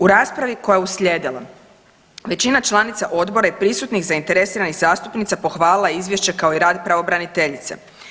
U raspravi koja je uslijedila većina članica odbora i prisutnih zainteresiranih zastupnica pohvalila je izvješće kao i rad pravobraniteljice.